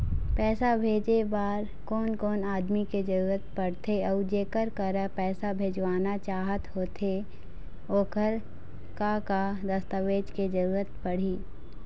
पैसा भेजे बार कोन कोन आदमी के जरूरत पड़ते अऊ जेकर करा पैसा भेजवाना चाहत होथे ओकर का का दस्तावेज के जरूरत पड़ही?